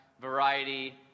variety